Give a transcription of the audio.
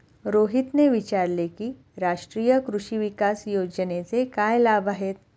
रोहितने विचारले की राष्ट्रीय कृषी विकास योजनेचे काय लाभ आहेत?